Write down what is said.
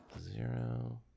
Zero